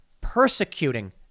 persecuting